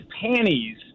panties